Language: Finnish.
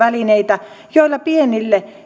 välineitä joilla pienille